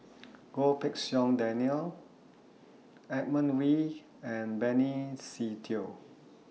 Goh Pei Siong Daniel Edmund Wee and Benny Se Teo